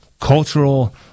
cultural